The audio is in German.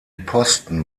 posten